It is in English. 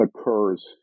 occurs